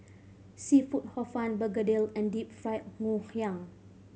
seafood Hor Fun begedil and Deep Fried Ngoh Hiang